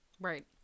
Right